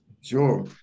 Sure